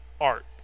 art